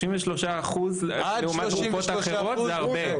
33% לעומת תרופות אחרות, זה הרבה.